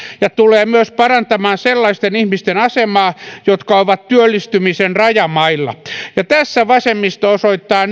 ja tulee myös parantamaan sellaisten ihmisten asemaa jotka ovat työllistymisen rajamailla ja tässä vasemmisto osoittaa